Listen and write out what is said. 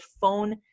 phone